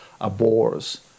abhors